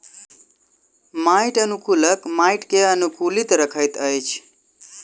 माटि अनुकूलक माटि के अनुकूलित रखैत अछि